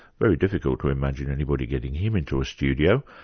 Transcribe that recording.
very difficult to imagine anybody getting him into a studio,